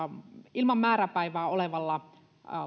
ilman määräpäivää olevalla